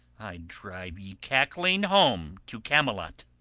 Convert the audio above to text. i'd drive ye cackling home to camelot.